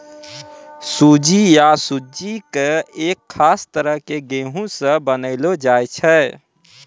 सूजी या सुज्जी कॅ एक खास तरह के गेहूँ स बनैलो जाय छै